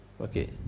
Okay